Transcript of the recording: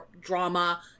drama